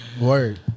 Word